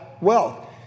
wealth